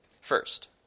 First